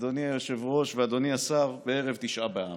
אדוני היושב-ראש ואדוני השר, בערב תשעה באב.